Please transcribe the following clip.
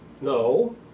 No